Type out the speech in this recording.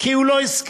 כי הוא לא הסכים.